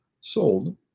sold